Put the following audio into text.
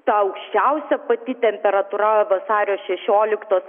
ta aukščiausia pati temperatūra vasario šešioliktos